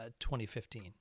2015